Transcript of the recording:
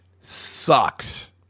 sucks